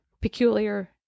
peculiar